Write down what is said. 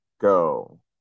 go